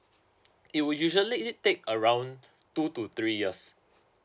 it will usually take around two to three years